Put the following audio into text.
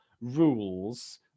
rules